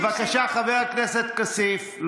בבקשה, חבר הכנסת כסיף.